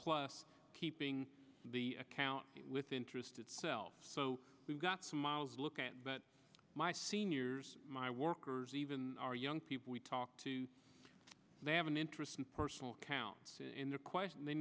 plus keeping the account with interest itself so we've got to miles look at that my seniors my workers even our young people we talked to they have an interest in personal accounts in their quest and they